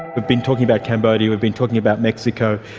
we've been talking about cambodia, we've been talking about mexico.